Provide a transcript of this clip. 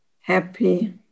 happy